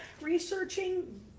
researching